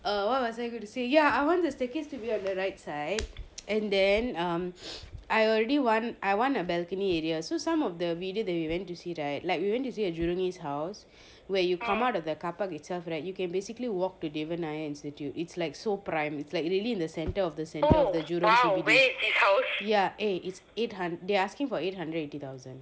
uh what was I say going to say ya I want to staircase to be on the right side and then um I already want I want a balcony area so some of the video that we went to see right like we went to see a jurong east house where you come out of the car park itself right you can basically walk to devian nair institute it's like so prime is like really in the centre of the centre of the jurong C_B_D yah eh it's eight hundred they asking for eight hundred eighty thousand